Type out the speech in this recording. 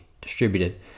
distributed